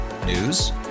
News